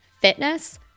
Fitness